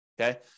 okay